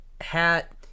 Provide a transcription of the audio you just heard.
hat